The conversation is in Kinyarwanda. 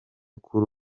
kuri